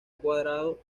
encuadrado